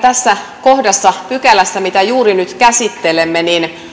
tässä kohdassa pykälässä mitä juuri nyt käsittelemme